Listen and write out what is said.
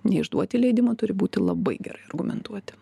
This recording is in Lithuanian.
neišduoti leidimo turi būti labai gerai argumentuoti